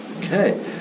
Okay